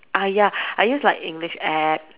ah ya I use like English app